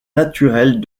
naturelles